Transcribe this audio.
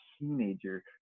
teenager